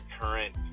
current